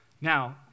Now